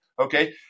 okay